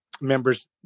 members